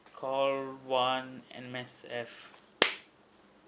call one M_S_F